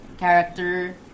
Character